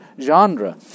genre